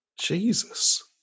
jesus